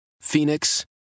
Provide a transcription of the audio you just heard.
Phoenix